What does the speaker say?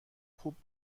خوب